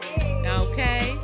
Okay